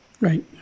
Right